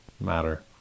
matter